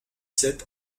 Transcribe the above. sept